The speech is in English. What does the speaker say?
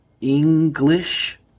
English